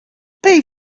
pay